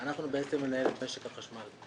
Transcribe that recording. אנחנו בעצם ננהל את משק החשמל.